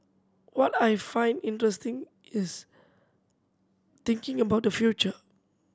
what I find interesting is thinking about the future